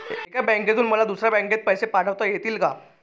एका बँकेतून मला दुसऱ्या बँकेत पैसे पाठवता येतील का?